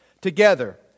together